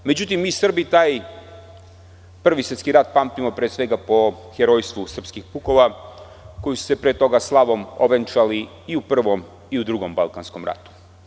Međutim, mi Srbi taj Prvi svetski rat pamtimo pre svega, po herojstvu Srpskih pukova, koji su se pre toga ovenčali slavom i u Prvom i u Drugom Balkanskom ratu.